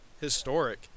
historic